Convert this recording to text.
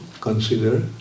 consider